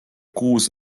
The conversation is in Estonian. kuus